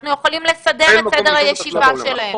אנחנו יכולים לסדר את סדר הישיבה שלהם.